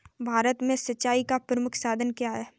भारत में सिंचाई का प्रमुख साधन क्या है?